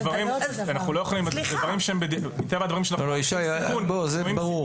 אלה דברים שמטבע הדברים אנחנו לא יודעים.